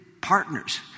partners